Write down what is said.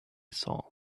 saw